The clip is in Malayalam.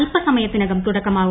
അല്പസമയത്തിനകം തുടക്കമാവും